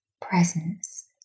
presence